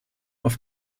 auf